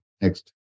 Next